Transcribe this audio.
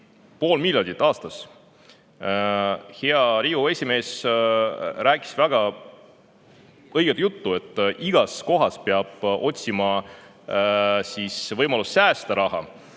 pool miljardit aastas. Hea Riigikogu esimees rääkis väga õiget juttu, et igas kohas peab otsima võimalust säästa raha.